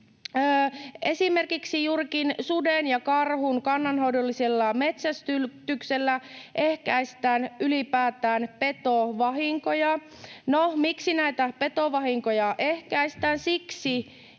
juurikin suden ja karhun kannanhoidollisella metsästyksellä ehkäistään ylipäätään petovahinkoja. No, miksi näitä petovahinkoja ehkäistään? Siksi,